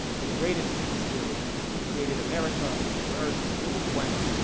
the greatest spirit created america and the earth. and it was bueno.